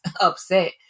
upset